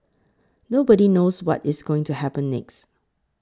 nobody knows what is going to happen next